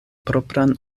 propran